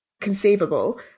conceivable